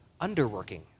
underworking